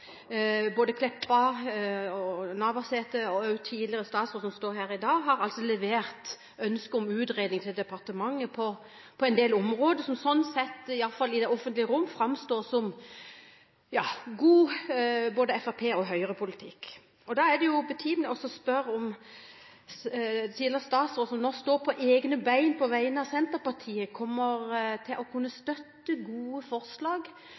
Både Meltveit Kleppa og Navarsete – og også den tidligere samferdselsministeren som står her i dag – har levert ønsker om utredning til departementet på en del områder, noe som, iallfall i det offentlige rom, framstår som god både Fremskrittsparti- og Høyre-politikk. Og da er det betimelig å spørre om den tidligere statsråden, som nå står på egne ben, på vegne av Senterpartiet kommer til å kunne støtte gode forslag